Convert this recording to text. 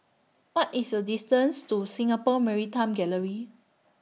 What IS The distance to Singapore Maritime Gallery